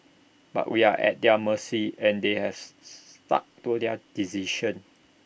but we are at their mercy and they has stuck to their decision